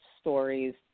stories